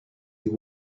you